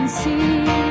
see